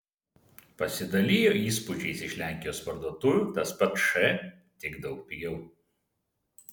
pasidalijo įspūdžiais iš lenkijos parduotuvių tas pats š tik daug pigiau